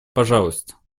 пожалуйста